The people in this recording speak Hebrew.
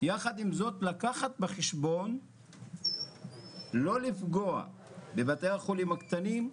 יחד עם זאת לקחת בחשבון לא לפגוע בבתי החולים הקטנים,